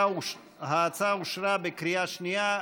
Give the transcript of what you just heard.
ההצעה אושרה בקריאה שנייה.